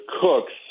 Cooks